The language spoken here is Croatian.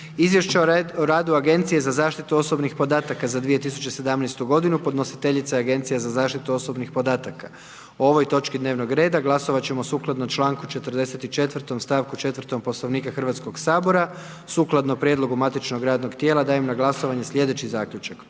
poslova o obavljanju policijskih poslova u 2017. godini podnositelj je ministar unutarnjih poslova. O ovoj točki dnevnog reda glasovati ćemo sukladno članku 44., stavku 4. Poslovnika Hrvatskoga sabora. Sukladno prijedlogu matičnog radnog tijela dajem na glasovanje sljedeći Zaključak.